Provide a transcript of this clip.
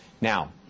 Now